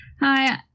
Hi